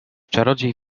czarodziej